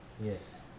Yes